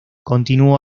continuó